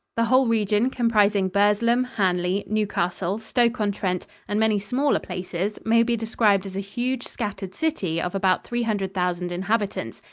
the whole region comprising burslem, hanley, newcastle, stoke-on-trent and many smaller places may be described as a huge, scattered city of about three hundred thousand inhabitants,